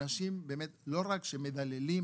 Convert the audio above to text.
אנשים באמת לא רק שמדללים,